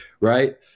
Right